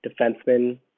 defenseman